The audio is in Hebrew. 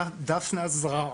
דפנה אזרזר,